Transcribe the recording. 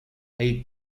hay